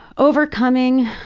overcoming,